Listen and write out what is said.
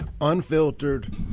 Unfiltered